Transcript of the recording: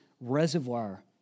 reservoir